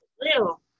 little